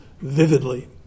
vividly